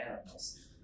animals